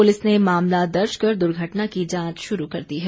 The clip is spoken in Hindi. पुलिस ने मामला दर्ज कर दुर्घटना की जांच शुरू कर दी है